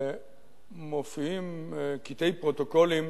מופיעים קטעי פרוטוקולים